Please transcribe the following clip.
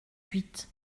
huit